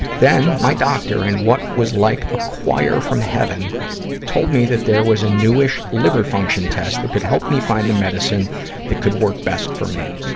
then, my doctor in and what was like a choir from heaven told me that there was a newish liver-function test that could help me find the medicine that could work best for me.